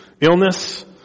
illness